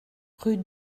rue